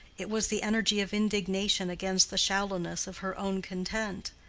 it was the energy of indignation against the shallowness of her own content.